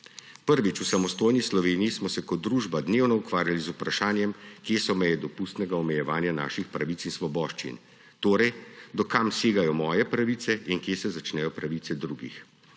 Prvič v samostojni Sloveniji smo se kot družba dnevno ukvarjali z vprašanjem, kje so meje dopustnega omejevanja naših pravic in svoboščin, torej do kod segajo moje pravice in kje se začnejo pravice drugih.